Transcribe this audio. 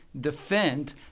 defend